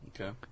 Okay